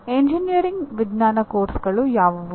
engineering ವಿಜ್ಞಾನ ಪಠ್ಯಕ್ರಮಗಳು ಯಾವುವು